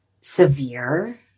severe